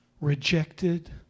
rejected